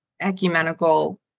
ecumenical